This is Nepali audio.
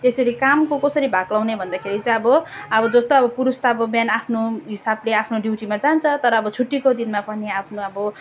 त्यसरी कामको कसरी भाग लगाउने भन्दाखेरि चाहिँ अब अब जस्तो अब पुरुष त अब बिहान आफ्नो हिसाबले आफ्नो ड्युटीमा जान्छ तर अब छुट्टीको दिनमा पनि आफ्नो अब